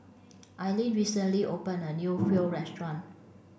Aileen recently opened a new Pho Restaurant